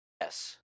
Yes